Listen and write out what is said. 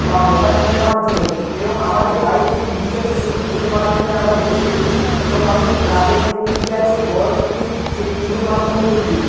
বা মোবাইল ফোনের মাধ্যমে এবং আমাদের বাড়িতে টিভি আছে সেই টি ভির মাধ্যমে আমরা বসে দেখি এবং আমাদের ক্লাবে টিভি আছে বড়ো টিভি সেই টি ভির মাধ্যমে দেখি